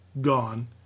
gone